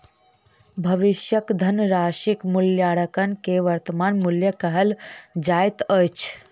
भविष्यक धनराशिक मूल्याङकन के वर्त्तमान मूल्य कहल जाइत अछि